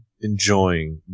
enjoying